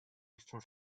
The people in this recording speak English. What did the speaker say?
eastern